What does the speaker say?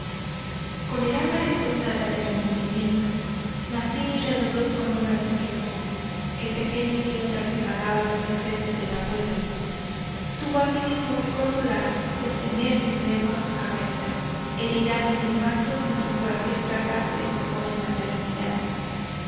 con el alma destrozada de remordimiento mazzini redobló su amor a su hijo el pequeño idiota que pagaba los excesos del abuelo tuvo asimismo que consolar sostener sin tregua a berta herida en lo más profundo por aquel fracaso de su joven maternidad